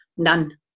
None